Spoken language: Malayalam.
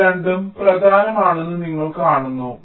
ഇവ രണ്ടും പ്രധാനമാണെന്ന് നിങ്ങൾ കാണുന്നു